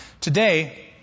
Today